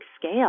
scale